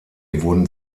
wurden